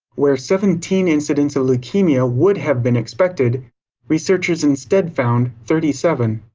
where seventeen incidents leukemia would have been expected researchers instead found thirty seven.